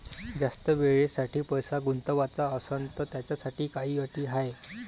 जास्त वेळेसाठी पैसा गुंतवाचा असनं त त्याच्यासाठी काही अटी हाय?